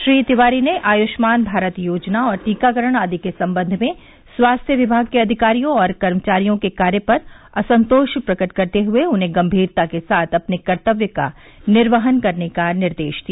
श्री तिवारी ने आयुष्मान भारत योजना टीकाकरण आदि के संबंध में स्वास्थ्य विमाग के अधिकारियों और कर्मचारियों के कार्य पर असंतोष प्रकट करते हुए उन्हें गंभीरता के साथ अपने कर्तव्य का निर्वहन करने का निर्देश दिया